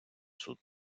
суд